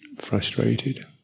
frustrated